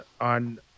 on